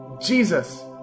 Jesus